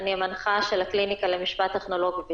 אני המנחה של הקליניקה למשפט טכנולוגי וסייבר.